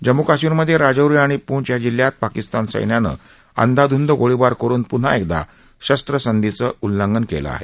जम्म् काश्मीरमधे राजौरी आणि पृंछ या जिल्ह्यात पाकिस्तानी सैन्यानं अंदाधृंद गोळीबार करुन पुन्हा एकदा शस्त्रसंधीचं उल्लंघन केलं आहे